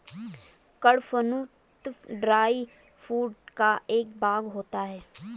कड़पहनुत dry food का एक भाग होता है